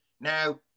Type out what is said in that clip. Now